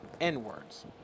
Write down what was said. N-words